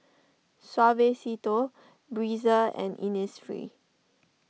Suavecito Breezer and Innisfree